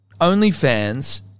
OnlyFans